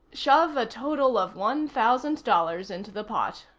shove a total of one thousand dollars into the pot.